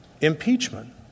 impeachment